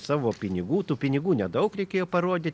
savo pinigų tų pinigų nedaug reikėjo parodyt